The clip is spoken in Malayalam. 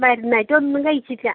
മരുന്ന് ആയിട്ട് ഒന്നും കഴിച്ചിട്ടില്ല